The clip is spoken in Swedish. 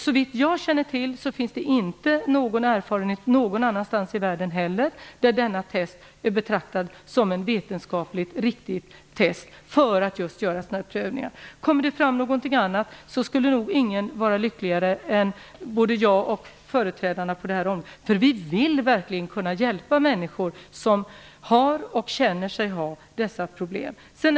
Såvitt jag känner till finns det inte heller någon annanstans i världen något erkännande av att detta test är vetenskapligt riktigt för genomförande av sådana här prövningar. Kommer det fram någonting annat, skulle nog ingen vara lyckligare än både jag och företrädarna för det här området. Vi vill verkligen kunna hjälpa människor som har och känner sig ha de aktuella problemen.